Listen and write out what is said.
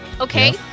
Okay